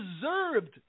Deserved